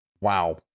Wow